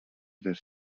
dels